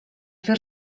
fer